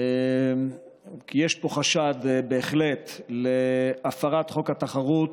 יש פה בהחלט חשד להפרת חוק התחרות